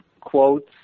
quotes